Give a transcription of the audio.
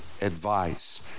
advice